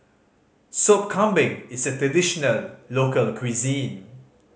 Sop Kambing is a traditional local cuisine